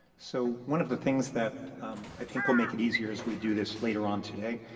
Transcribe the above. so one of the things that i think will make it easier as we do this later on today,